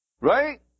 Right